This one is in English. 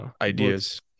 ideas